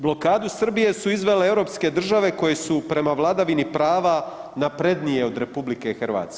Blokadu Srbije su izvele europske države koje su prema vladavini prava naprednije od RH.